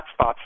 hotspots